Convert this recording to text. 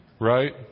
right